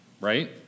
Right